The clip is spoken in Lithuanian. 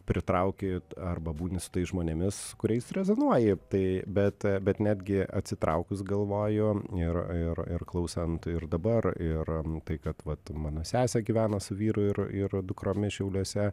pritrauki arba būni su tais žmonėmis su kuriais rezonuoji tai bet bet netgi atsitraukus galvoju ir ir ir klausant ir dabar ir nu tai kad vat mano sesė gyvena su vyru ir ir dukromis šiauliuose